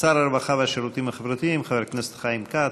שר הרווחה והשירותים החברתיים חבר הכנסת חיים כץ,